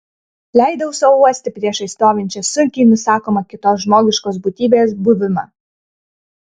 leidau sau uosti priešais stovinčią sunkiai nusakomą kitos žmogiškos būtybės buvimą